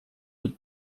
быть